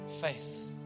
Faith